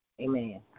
Amen